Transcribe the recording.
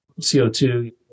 CO2